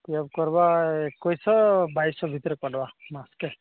P F କର୍ବା ଏକୋଇଶ୍ଶ ବାଇଶ୍ଶ ଭିତ୍ରେ କଟ୍ବା ମାସ୍କେ